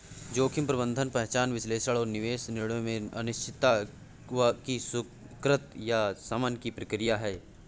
जोखिम प्रबंधन पहचान विश्लेषण और निवेश निर्णयों में अनिश्चितता की स्वीकृति या शमन की प्रक्रिया है